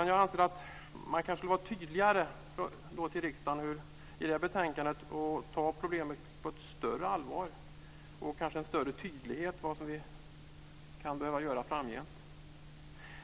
Men jag anser att utskottet borde varit tydligare i betänkandet till riksdagen och tagit problemet på ett större allvar. Det behövs en större tydlighet om vad vi kan behöva göra framgent.